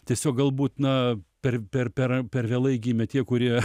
tiesiog galbūt na per per per per vėlai gimė tie kurie